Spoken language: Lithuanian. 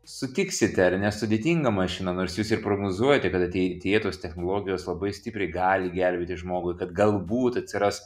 sutiksite ar ne sudėtinga mašina nors jūs ir prognozuojate kad ateityje tos technologijos labai stipriai gali gelbėti žmogui kad galbūt atsiras